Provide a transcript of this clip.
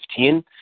2015